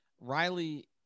Riley